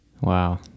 Wow